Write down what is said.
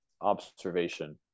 observation